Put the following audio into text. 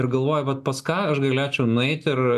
ir galvoju vat pas ką aš galėčiau nueiti ir